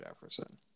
Jefferson